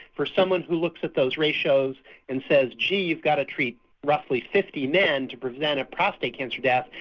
for someone who looks at those ratios and says gee, you've got to treat roughly fifty men to prevent a prostate cancer death,